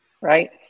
right